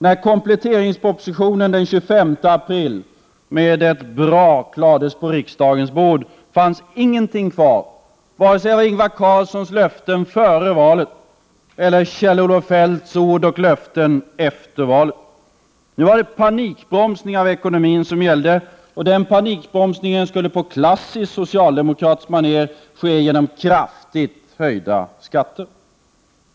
När kompletteringspropositionen med ett brak lades på riksdagens bord den 25 april, fanns ingenting kvar av vare sig Ingvar Carlssons löften före valet eller Kjell-Olof Feldts ord och löften efter valet. Nu var det panikbromsning av ekonomin som gällde, och den panikbromsningen skulle på klassiskt socialdemokratiskt manér ske med hjälp av kraftigt höjda skatter.